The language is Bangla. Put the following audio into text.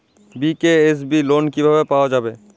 বি.কে.এস.বি লোন কিভাবে পাওয়া যাবে?